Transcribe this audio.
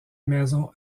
maison